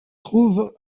trouve